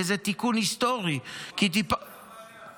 וזה תיקון היסטורי ------ ביחד.